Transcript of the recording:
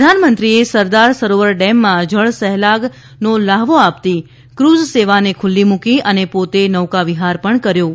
પ્રધાનમંત્રીએ સરદાર સરોવર ડેમ માં જળ સહેલગાહ નો લહાવો આપતી કૂઝ સેવાને ખુલ્લી મૂકી હતી અને પોતે નૌકાવિહાર કર્યો હતો